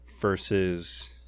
versus